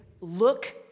look